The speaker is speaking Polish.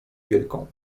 wielką